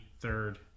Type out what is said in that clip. third